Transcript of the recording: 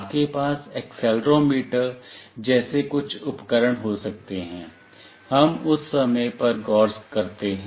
आपके पास एक्सेलेरोमीटर जैसे कुछ उपकरण हो सकते हैं हम उस समय पर गौर करते हैं